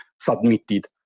submitted